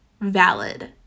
valid